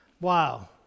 wow